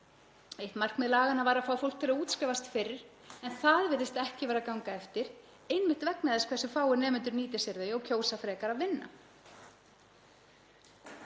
Eitt markmið laganna var að fá fólk til að útskrifast fyrr en það virðist ekki vera að ganga eftir, einmitt vegna þess hversu fáir nemendur nýta sér þau og kjósa frekar að vinna.